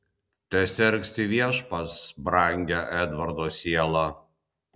tesergsti viešpats brangią edvardo sielą